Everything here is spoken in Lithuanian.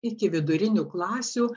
iki vidurinių klasių